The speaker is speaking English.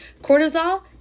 cortisol